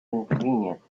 inconvenience